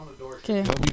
Okay